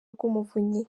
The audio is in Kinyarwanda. rw’umuvunyi